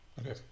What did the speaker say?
Okay